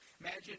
Imagine